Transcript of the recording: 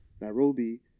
Nairobi